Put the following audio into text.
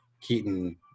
Keaton